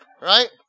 Right